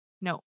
No